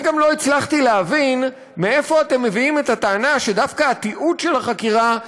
אני גם לא הצלחתי להבין מאיפה אתם מביאים את הטענה שדווקא תיעוד החקירה,